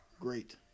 Great